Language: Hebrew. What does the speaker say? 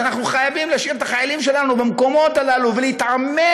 שאנחנו חייבים להשאיר את החיילים שלנו במקומות הללו ולהתעמת